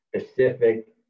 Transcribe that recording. specific